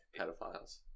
pedophiles